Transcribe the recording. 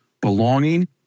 belonging